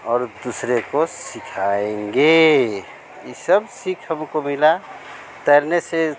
और दुसरे को सिखाएंगे ई सब सीख हमको मिली तैरने से